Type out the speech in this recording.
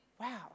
Wow